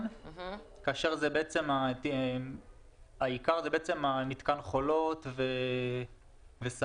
שקלים כאשר העיקר הוא מתקן חולות וסהרונים.